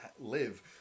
live